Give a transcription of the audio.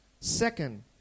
Second